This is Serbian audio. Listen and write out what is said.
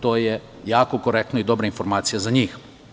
To je jako korektno i dobra informacija za njih.